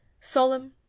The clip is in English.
solemn